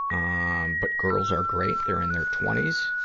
um but girls are great. they're in their twenty s,